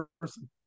person